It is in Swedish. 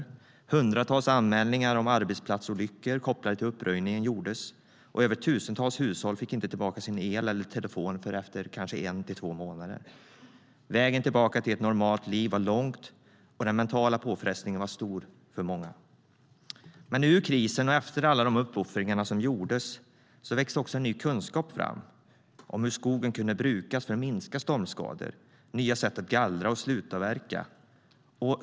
Det gjordes hundratals anmälningar om arbetsplatsolyckor kopplade till uppröjningen. Tusentals hushåll fick inte tillbaka el eller telefon förrän efter kanske en eller två månader. Vägen tillbaka till ett normalt liv var lång och den mentala påfrestningen stor för många. Men ur krisen och efter alla de uppoffringar som gjordes växte också en ny kunskap fram om hur skogen kan brukas för att minska stormskador, till exempel genom nya sätt att gallra och slutavverka.